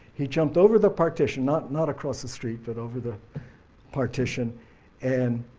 he jumped over the partition, not not across the street but over the partition and